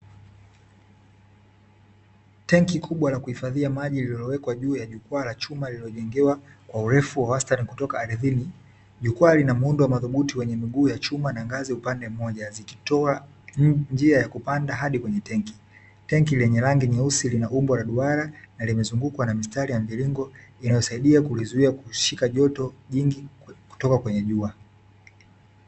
Tenki kubwa la kuhifadhia maji, lililowekwa juu ya jukwaa la chuma lililojengewa kwa urefu wa wastani kutoka ardhini. Jukwaa lina muundo wa madhubuti wenye miguu ya chuma na ngazi upande mmoja, zikitoa njia ya kupanda hadi kwenye tenki. Tenki lenye rangi nyeusi lina umbo la duara, na limezungukwa na mistari ya mviringo, inayosaidia kulizuia kushika joto jingi kutoka kwenye jua.